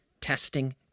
testing